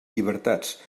llibertats